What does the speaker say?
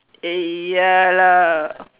eh ya lah